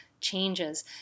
changes